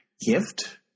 gift